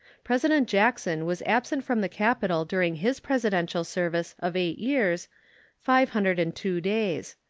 president jackson was absent from the capital during his presidential service of eight years five hundred and two days.